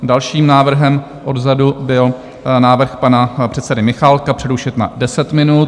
Dalším návrhem odzadu byl návrh pana předsedy Michálka přerušit na deset minut.